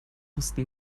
mussten